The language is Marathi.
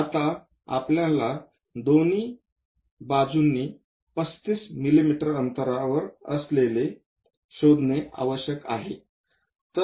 आता आपल्याला दोन्ही बाजूंनी 35 मिमी अंतरावर असलेले शोधणे आवश्यक आहे